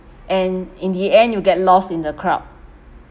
and in the end you get lost in the crowd